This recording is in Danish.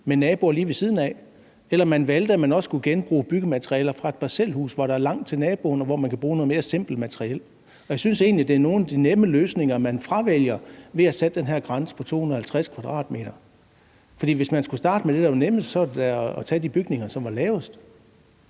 med naboer lige ved siden af, eller om man vælger at skulle genbruge byggematerialer fra et parcelhus, hvor der er langt til naboen, og hvor man kan bruge noget mere simpelt materiel. Jeg synes egentlig, det er nogle af de nemme løsninger, man fravælger ved at sætte den her grænse på 250 m², for hvis man skulle starte med det, der er nemmest, så var det da at tage de bygninger, som er lavest.